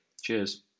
Cheers